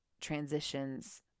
transitions